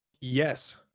yes